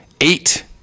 eight